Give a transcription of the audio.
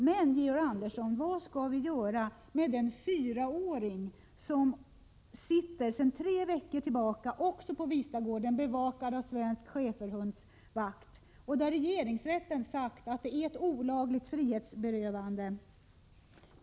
Men, Georg Andersson, vad skall vi göra med den fyraåring som sedan tre veckor tillbaka också sitter på Vistagården, bevakad av Svensk Schäferhundvakt? Regeringsrätten har sagt att det rör sig om ett olagligt frihetsberövande.